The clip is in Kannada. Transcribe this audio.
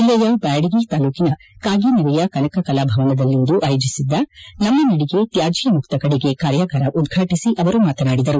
ಜಲ್ಲೆಯ ಬ್ಯಾಡಗಿ ತಾಲೂಕಿನ ಕಾಗಿನೆಲೆಯ ಕನಕ ಕಲಾಭವನದಲ್ಲಿ ಇಂದು ಆಯೋಜಿಸಿದ್ದ ನಮ್ಮ ನಡಿಗೆ ತ್ಯಾದ್ಯ ಮುಕ್ತ ಕಡೆಗೆ ಕಾರ್ಯಾಗಾರ ಉದ್ಘಾಟಿಸಿ ಅವರು ಮಾತನಾಡಿದರು